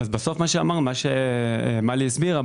מה שמלי הסבירה,